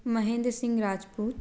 Mahendra Singh Rajput